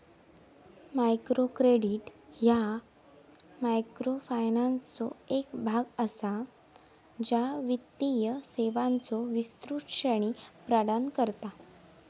micro credit ह्या मायक्रोफायनान्सचो एक भाग असा, ज्या वित्तीय सेवांचो विस्तृत श्रेणी प्रदान करता